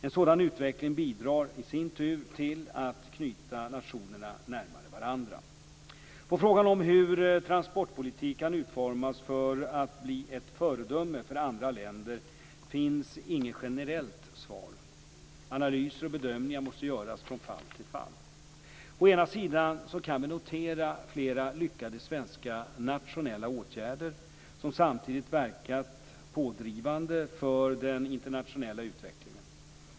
En sådan utveckling bidrar i sin tur till att knyta nationerna närmare varandra. På frågan om hur transportpolitik kan utformas för att bli ett föredöme för andra länder finns inget generellt svar. Analyser och bedömningar måste göras från fall till fall. Å ena sidan kan vi notera flera lyckade svenska nationella åtgärder som samtidigt verkat pådrivande för den internationella utvecklingen.